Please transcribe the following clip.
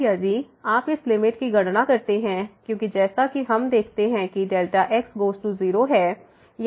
अब यदि आप इस लिमिट की गणना करते हैं क्योंकि जैसा कि हम देखते हैं कि xगोज़ टू 0 है